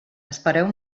espereu